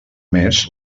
més